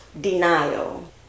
denial